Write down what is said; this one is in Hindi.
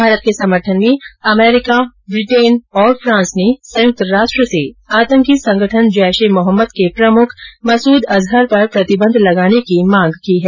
भारत के समर्थन में अमरीका ब्रिटेन और फ्रांस ने संयुक्त राष्ट्र से आतंकी संगठन जैश ए मोहम्मद के प्रमुख मसुद अजहर पर प्रतिबंध लगाने की मांग की है